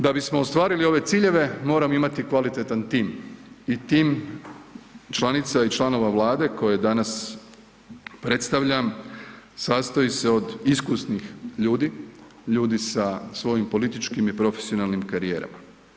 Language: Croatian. Da bismo ostvarili ove ciljeve, moram imati kvalitetan tim i tim članica i članova Vlade koje danas predstavljam, sastoji se od iskusnih ljudi, ljudi sa svojim političkim i profesionalnim karijerama.